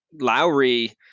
Lowry